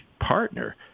partner